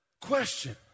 Question